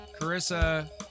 Carissa